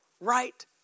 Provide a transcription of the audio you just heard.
right